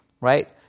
right